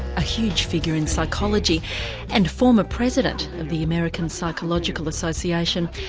a huge figure in psychology and former president of the american psychological association,